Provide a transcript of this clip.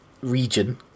region